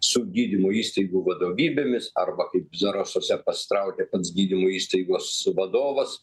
su gydymo įstaigų vadovybėmis arba kaip zarasuose pasitraukė pats gydymo įstaigos vadovas